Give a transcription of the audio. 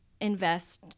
invest